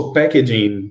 packaging